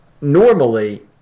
Normally